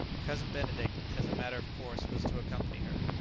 cousin benedict, as a matter of course, was to accompany her.